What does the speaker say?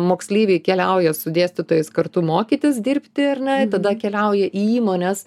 moksleiviai keliauja su dėstytojais kartu mokytis dirbti ar ne tada keliauja į įmones